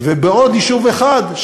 ועל עוד יישוב אחד,